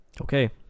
Okay